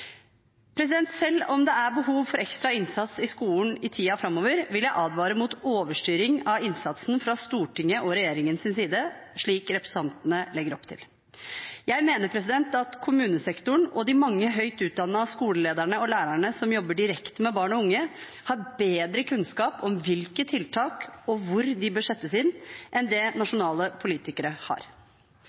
Selv om det er behov for ekstra innsats i skolen i tiden framover, vil jeg advare mot overstyring av innsatsen fra Stortingets og regjeringens side, slik representantene legger opp til. Jeg mener at kommunesektoren og de mange høyt utdannede skolelederne og lærerne som jobber direkte med barn og unge, har bedre kunnskap om hvilke tiltak som bør settes inn, og hvor, enn det nasjonale politikere har.